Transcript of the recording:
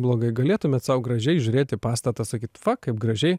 blogai galėtumėt sau gražiai žiūrėt į pastatą sakyt va kaip gražiai